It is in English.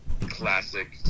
classic